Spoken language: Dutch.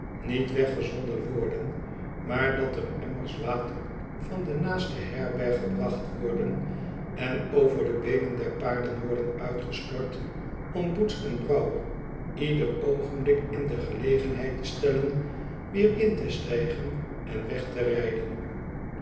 niet weggezonden worden maar dat er emmers water van de naaste herberg gebracht worden en over de beenen der paarden worden uitgestort om boots en brouwer ieder oogenblik in de gelegenheid te stellen weer in te stijgen en weg te rijden